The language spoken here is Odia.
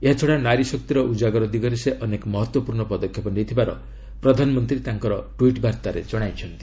ଏହାଛଡ଼ା ନାରୀଶକ୍ତିର ଉଜାଗର ଦିଗରେ ସେ ଅନେକ ମହତ୍ତ୍ୱପୂର୍ଣ୍ଣ ପଦକ୍ଷେପ ନେଇଥିବାର ପ୍ରଧାନମନ୍ତ୍ରୀ ତାଙ୍କର ଟ୍ୱିଟ୍ବାର୍ତ୍ତାରେ ଜଣାଇଛନ୍ତି